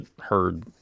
heard